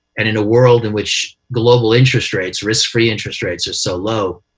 and in a world in which global interest rates, risk-free interest rates are so low,